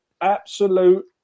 absolute